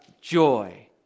joy